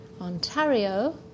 Ontario